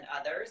others